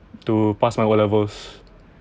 to pass my o levels